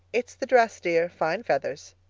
it's the dress, dear. fine feathers.